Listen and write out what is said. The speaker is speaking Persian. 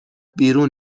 بیرون